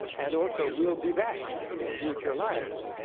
and also, we'll be back in future lives.